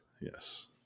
yes